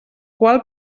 qual